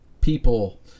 people